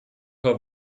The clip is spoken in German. paar